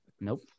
Nope